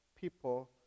people